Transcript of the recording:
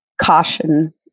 caution